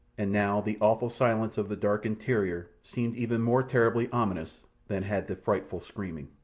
and now the awful silence of the dark interior seemed even more terribly ominous than had the frightful screaming.